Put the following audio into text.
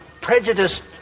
prejudiced